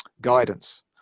guidance